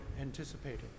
anticipated